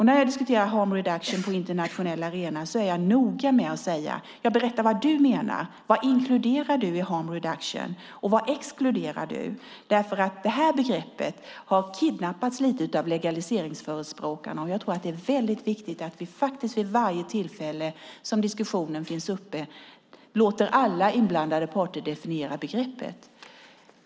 När jag diskuterar harm reduction på internationell arena är jag noga med att säga: Berätta vad du menar! Vad inkluderar du i harm reduction, och vad exkluderar du? Detta begrepp har nämligen kidnappats lite av legaliseringsförespråkarna, och jag tror att det är väldigt viktigt att vi vid varje tillfälle som diskussionen finns uppe låter alla inblandade parter definiera begreppet.